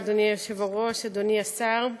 אדוני היושב-ראש, תודה רבה, אדוני השר,